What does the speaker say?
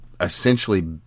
essentially